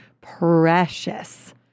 precious